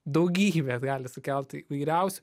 daugybę gali sukelt įvairiausių